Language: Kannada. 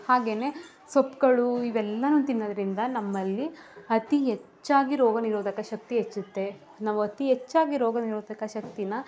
ಹಾಗೆಯೇ ಸೊಪ್ಪುಗಳು ಇವೆಲ್ಲನು ತಿನ್ನೋದರಿಂದ ನಮ್ಮಲ್ಲಿ ಅತಿ ಹೆಚ್ಚಾಗಿ ರೋಗ ನಿರೋಧಕ ಶಕ್ತಿ ಹೆಚ್ಚುತ್ತೆ ನಾವು ಅತಿ ಹೆಚ್ಚಾಗಿ ರೋಗ ನಿರೋಧಕ ಶಕ್ತಿನ